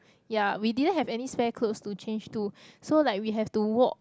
ya we didn't have any spare clothes to change to so like we have to walk